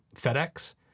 FedEx